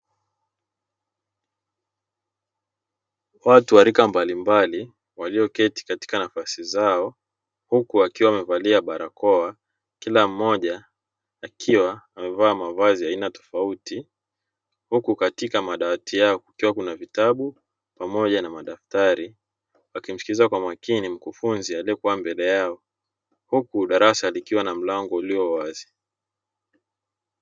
Watu wa rika mbalimbali walioketi katika nafasi zao huku wakiwa wamevalia barakoa kila mmoja akiwa amevaa mavazi ya aina tofauti huku katika madawati yao kukiwa kuna vitabu pamoja na madaftari wakimsikiliza kwa umakini mkufunzi akiwa mbele yao huku darasa likiwa na mlango ulio wazi.